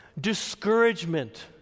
discouragement